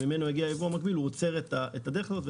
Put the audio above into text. שממנו הגיע הייבוא המקביל, הוא עוצר את הדרך הזאת.